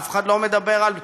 אף אחד לא מדבר על פינוי,